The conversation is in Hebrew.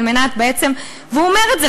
על מנת בעצם והוא אומר את זה,